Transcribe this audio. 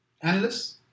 Analysts